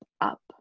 up